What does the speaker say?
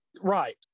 right